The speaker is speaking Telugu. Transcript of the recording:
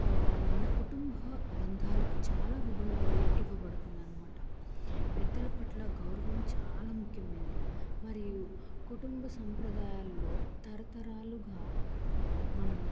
మన కుటుంబ బంధాలకు చాలా విలువలు ఇవ్వబడుతుంది అన్నమాట పెద్దల పట్ల గౌరవం చాలా ముఖ్యమైంది మరియు కుటుంబ సంప్రదాయాల్లో తరతరాలుగా మనం